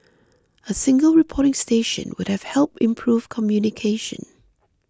a single reporting station would have helped improve communication